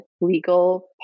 legal